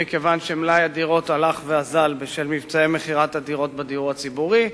מכיוון שמלאי הדירות הלך ואזל בשל מבצעי מכירת הדירות בדיור הציבורי,